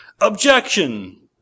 Objection